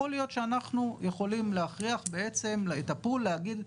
יכול להיות שאנחנו יכולים להכריח בעצם את הפול להגיד,